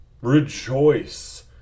rejoice